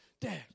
dad